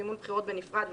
מימון בחירות בנפרד,